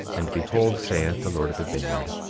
and behold, saith the lord of the vineyard,